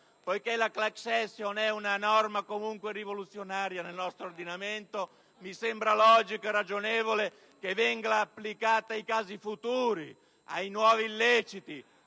Poiché la *class action* è una norma comunque rivoluzionaria nel nostro ordinamento, mi sembra logico e ragionevole che venga applicata ai casi futuri, ai nuovi illeciti...